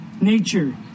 nature